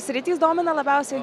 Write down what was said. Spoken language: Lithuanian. sritys domina labiausiai